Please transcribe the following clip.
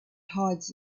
hides